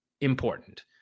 important